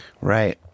Right